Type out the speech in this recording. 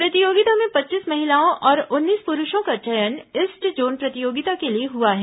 प्रतियोगिता में पच्चीस महिलाओं और उन्नीस पुरूषों का चयन ईस्ट जोन प्रतियोगिता के लिए हुआ है